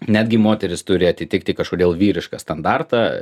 netgi moterys turi atitikti kažkodėl vyrišką standartą